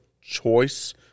choice